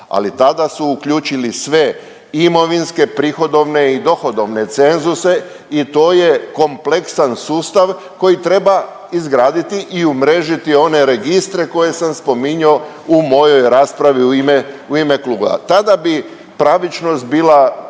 ali tada su uključili sve imovinske, prihodovne i dohodovne cenzuse i to je kompleksan sustav koji treba izgraditi i umrežiti one registre koje sam spominjao u mojoj raspravu u ime kluba. Tada bi pravičnost bila